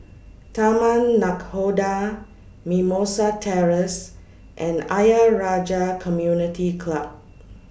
Taman Nakhoda Mimosa Terrace and Ayer Rajah Community Club